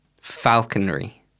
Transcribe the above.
Falconry